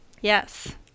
Yes